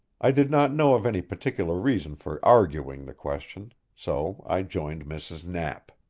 i did not know of any particular reason for arguing the question, so i joined mrs. knapp.